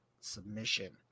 submission